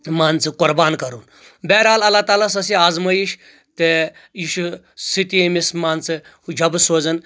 تہٕ مان ژٕ قۄربان کرن تہٕ بہرحال اللہ تعالیٰ ہس ٲس یہِ آزمٲیِش تہٕ یہِ چھُ سۭتی أمِس مان ژٕ جبہٕ سوزان